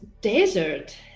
desert